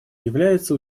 является